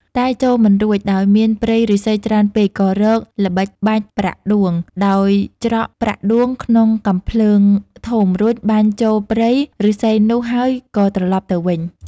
តែចូលមិនរួចដោយមានព្រៃឫស្សីច្រើនពេក ក៏រកល្បិចបាញ់ប្រាក់ដួងដោយច្រកប្រាក់ដួងក្នុងកាំភ្លើងធំ រួចបាញ់ចូលព្រៃឫស្សីនោះហើយក៏ត្រឡប់ទៅវិញ។